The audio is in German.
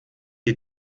die